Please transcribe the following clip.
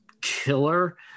killer